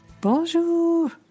Bonjour